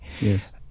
Yes